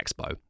expo